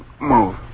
move